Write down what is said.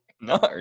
no